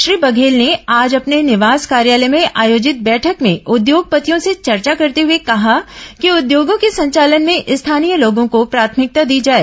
श्री बघेल ने आज अपने निवास कार्यालय में आयोजित बैठक में उद्योगपतियों से चर्चा करते हुए कहा कि उद्योगों के संचालन में स्थानीय लोगों को प्राथमिकता दी जाए